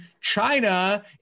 China